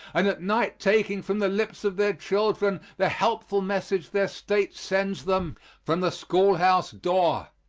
and at night taking from the lips of their children the helpful message their state sends them from the schoolhouse door.